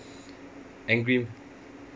angry